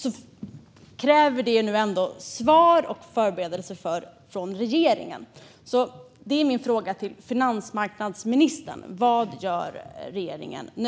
Detta kräver svar och förberedelse från regeringen. Min fråga till finansmarknadsministern är därför: Vad gör regeringen nu?